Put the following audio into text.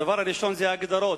הדבר הראשון זה ההגדרות.